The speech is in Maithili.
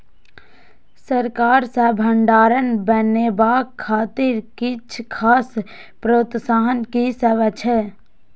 सरकार सँ भण्डार बनेवाक खातिर किछ खास प्रोत्साहन कि सब अइछ?